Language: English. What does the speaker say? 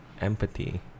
empathy